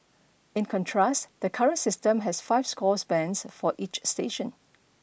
in contrast the current system has five score bands for each station